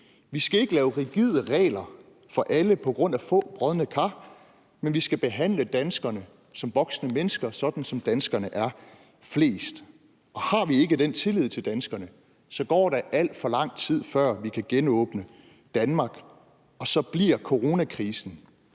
Vi skal ikke lave rigide regler for alle på grund af få brodne kar, men vi skal behandle danskerne som voksne mennesker, sådan som danskerne er flest. Har vi ikke den tillid til danskerne, så går der alt for lang tid, før vi kan genåbne Danmark, og så bliver coronakrisen